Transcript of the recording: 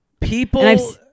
People